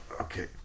Okay